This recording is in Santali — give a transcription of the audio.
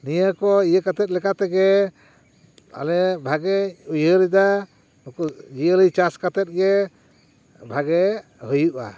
ᱱᱤᱭᱟᱹ ᱠᱚ ᱤᱭᱟᱹ ᱠᱟᱛᱮᱫ ᱞᱮᱠᱟ ᱛᱮᱜᱮ ᱟᱞᱮ ᱵᱷᱟᱜᱮ ᱩᱭᱦᱟᱹᱨᱮᱫᱟ ᱱᱩᱠᱩ ᱡᱤᱭᱟᱹᱞᱤ ᱪᱟᱥ ᱠᱟᱛᱮᱫ ᱜᱮ ᱵᱷᱟᱜᱮ ᱦᱩᱭᱩᱜᱼᱟ